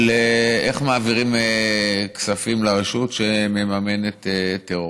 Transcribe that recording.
על איך מעבירים כספים לרשות שמממנת טרור.